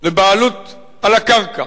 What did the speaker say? לבעלות על הקרקע